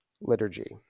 liturgy